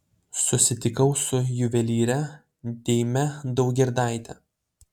susitikau su juvelyre deime daugirdaite